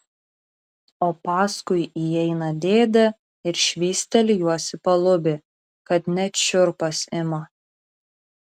o paskui įeina dėdė ir švysteli juos į palubį kad net šiurpas ima